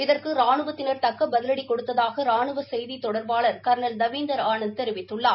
இதற்கு ராணுவத்தினர் தக்க பதிலடி கொடுத்ததாக ராணுவ செய்தி தொடர்பாளர் கர்னல் தவீந்தர் ஆனந்த் தெரிவித்துள்ளார்